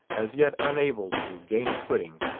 as yet unable to gain a footing,